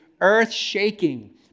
earth-shaking